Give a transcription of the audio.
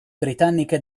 britanniche